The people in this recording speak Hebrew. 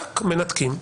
מנתקים.